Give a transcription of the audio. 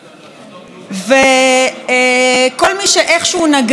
וכל מי שאיכשהו נגע או מעורב בפרשיות האלה,